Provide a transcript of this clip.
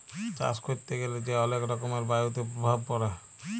চাষ ক্যরতে গ্যালা যে অলেক রকমের বায়ুতে প্রভাব পরে